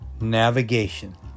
navigation